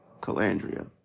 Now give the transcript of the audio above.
Calandria